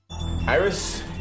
Iris